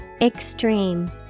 Extreme